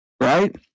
Right